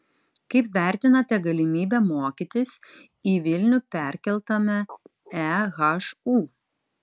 kaip vertinate galimybę mokytis į vilnių perkeltame ehu